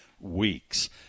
Weeks